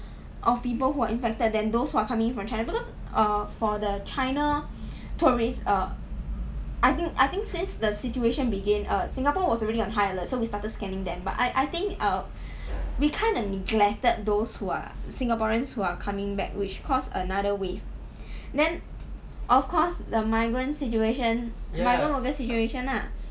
of people who are infected than those who are coming in from china because err for the china tourist err I think I think since the situation begin err singapore was already on high alert so we started scanning them but I I think err we kind of neglected those who are singaporeans who are coming back which costs another wave then of course the migrant situation the migrant worker situation ah